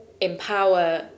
empower